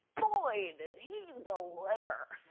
boy, did he deliver.